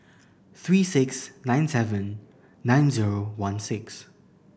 three six nine seven nine zero one six